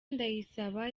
ndayisaba